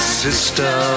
sister